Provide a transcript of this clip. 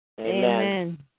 Amen